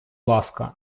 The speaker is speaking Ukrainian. ласка